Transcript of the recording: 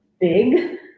big